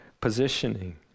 positioning